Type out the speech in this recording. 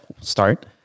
start